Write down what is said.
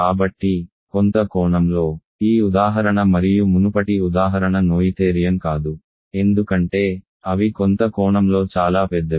కాబట్టి కొంత కోణంలో ఈ ఉదాహరణ మరియు మునుపటి ఉదాహరణ నోయిథేరియన్ కాదు ఎందుకంటే అవి కొంత కోణంలో చాలా పెద్దవి